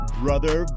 brother